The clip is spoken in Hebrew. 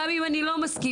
גם אם אני לא מסכימה,